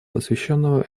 посвященного